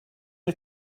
you